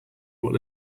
what